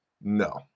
No